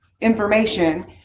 information